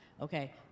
Okay